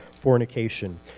fornication